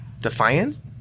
Defiance